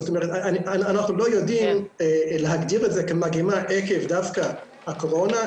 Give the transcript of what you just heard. זאת אומרת אנחנו לא יודעים להגדיר את זה כמגמה עקב דווקא הקורונה,